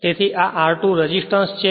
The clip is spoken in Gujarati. તેથી આ r2 રેસિસ્ટન્સછે